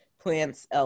plants